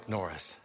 Norris